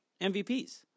MVPs